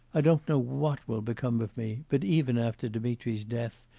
i don't know what will become of me, but even after dmitri's death,